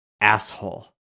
asshole